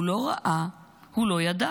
הוא לא ראה, הוא לא ידע.